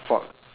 fault